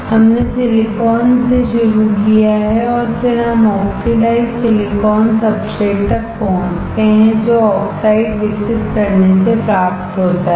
हमने सिलिकॉन से शुरू किया है और फिर हम ऑक्सीडाइज्ड सिलिकॉन सब्सट्रेट तक पहुंचते हैं जो ऑक्साइड विकसित करने से प्राप्त होता है